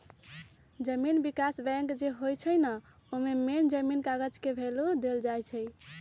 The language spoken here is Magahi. जमीन विकास बैंक जे होई छई न ओमे मेन जमीनी कर्जा के भैलु देल जाई छई